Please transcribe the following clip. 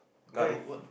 karu~ what